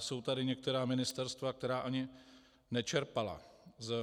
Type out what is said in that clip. Jsou tady některá ministerstva, která ani nečerpala z